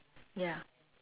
ya